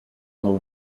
mont